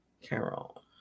Carol